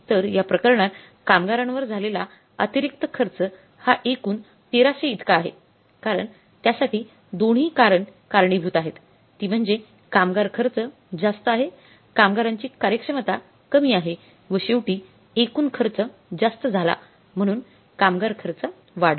तर या प्रकरणात कामगारांवर झालेला अतिरिक्त खर्च हा एकूण 13000 इतका आहे कारण त्यासाठी दोन्ही कारण कारणीभूत आहेत ती म्हणजे कामगार खर्च जास्त आहे कामगारांची कार्यक्षमता कमी आहे व शेवटी एकूण खर्च जास्त झाला म्हणून कामगार खर्च वाढला